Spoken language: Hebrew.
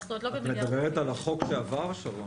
את מדברת על החוק שעבר, שרון?